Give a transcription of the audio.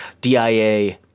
DIA